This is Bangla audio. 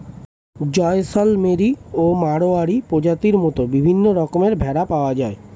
জয়সলমেরি ও মাড়োয়ারি প্রজাতির মত বিভিন্ন রকমের ভেড়া পাওয়া যায়